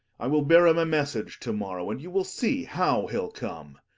i will bear him a message to-morrow, and you will see how he'll come.